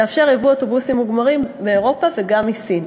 יאפשרו ייבוא אוטובוסים מוגמרים מאירופה וגם מסין.